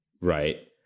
right